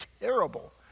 terrible